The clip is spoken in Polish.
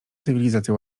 cywilizacja